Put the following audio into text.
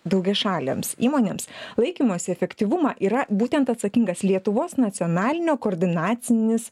daugiašalėms įmonėms laikymosi efektyvumą yra būtent atsakingas lietuvos nacionalinio koordinacinis